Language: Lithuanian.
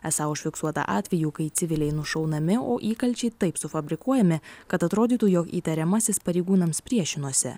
esą užfiksuota atvejų kai civiliai nušaunami o įkalčiai taip sufabrikuojami kad atrodytų jog įtariamasis pareigūnams priešinosi